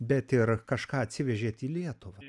bet ir kažką atsivežėt į lietuvą